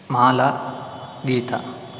माला गीता